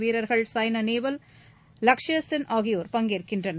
வீரர்கள் சாய்னா நேவால் லக்ஷயா சென் ஆகியோர் பங்கேற்கின்றனர்